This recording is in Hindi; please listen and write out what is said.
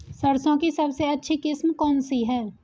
सरसों की सबसे अच्छी किस्म कौन सी है?